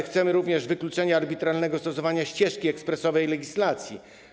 Chcemy również wykluczenia arbitralnego stosowania ścieżki ekspresowej legislacji.